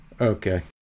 Okay